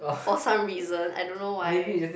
for some reasons I don't know why